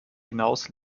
hinaus